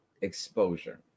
exposure